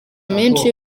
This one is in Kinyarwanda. menshi